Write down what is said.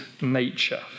nature